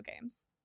games